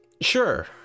Sure